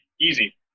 Easy